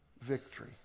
victory